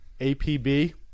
APB